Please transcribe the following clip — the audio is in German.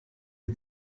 die